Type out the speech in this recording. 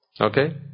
Okay